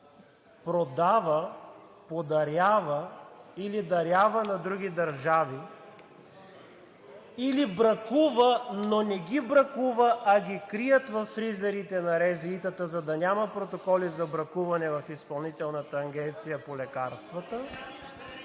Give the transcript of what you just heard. продава, подарява или дарява на други държави, или бракува, но не ги бракува, а ги крият във фризерите на РЗИ-тата, за да няма протоколи за бракуване в Изпълнителната агенция по лекарствата.